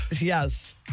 Yes